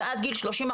שעד גיל שלושים,